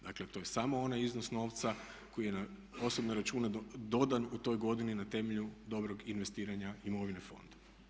Dakle to je samo onaj iznos novca koji je na osobne račune dodan u toj godini na temelju dobrog investiranja imovine fonda.